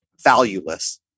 valueless